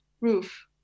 roof